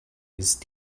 ist